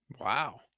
Wow